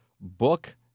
Book